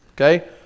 Okay